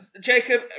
Jacob